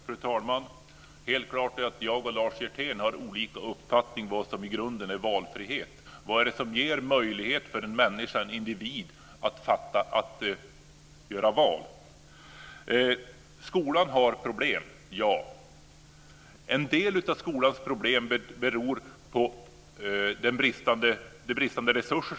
Fru talman! Det är helt klart att jag och Lars Hjertén har olika uppfattningar om vad som i grunden är valfrihet. Vad är det som ger möjlighet för en människa, en individ att göra ett val? Skolan har problem, ja. En del av skolans problem beror på bristande resurser.